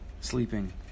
sleeping